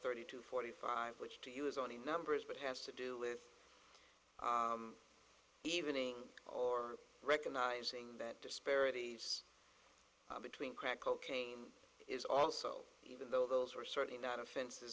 thirty two forty five which to you is on the numbers but has to do live evening or recognizing that disparities between crack cocaine is also even though those are certainly not offens